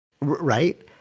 Right